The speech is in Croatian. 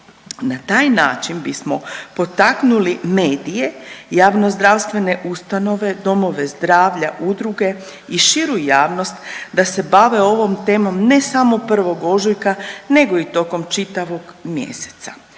Na taj način bismo potaknuli medije i javnozdravstvene ustanove, domove zdravlja, udruge i širu javnost da se bave ovom temom ne samo 1. ožujka nego i tokom čitavog mjeseca.